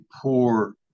poor